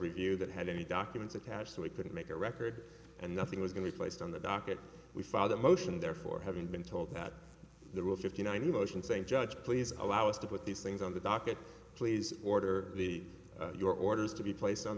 review that had any documents attached so we could make a record and nothing was going to be placed on the docket we follow that motion therefore having been told that there were fifty nine emotions saying judge please allow us to put these things on the docket please order the your orders to be placed on